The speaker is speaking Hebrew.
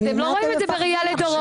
אתם לא רואים את זה בראייה לדורות.